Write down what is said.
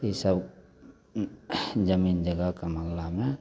ईसब ई जमीन जगहके मामिलामे